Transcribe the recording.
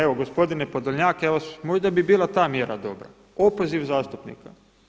Evo gospodine Podolnjak, možda bi bila ta mjera dobra, opoziv zastupnika.